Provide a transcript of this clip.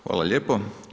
Hvala lijepo.